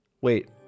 Wait